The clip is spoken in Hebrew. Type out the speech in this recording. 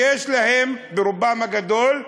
שיש להם, רובם הגדול,